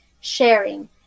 sharing